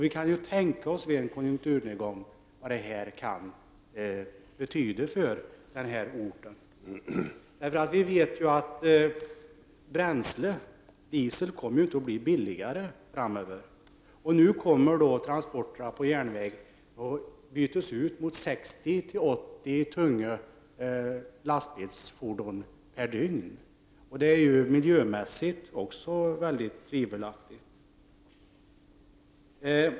Vi kan tänka oss vad detta kan betyda för den här orten vid en konjunkturnedgång. Vi vet att bränsle, diesel, inte kommer att bli billigare framöver. Nu kommer transporterna på järnväg att bytas ut mot 60-80 tunga lastbilsfordon per dygn. Detta är också miljömässigt mycket tvivelaktigt.